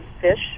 fish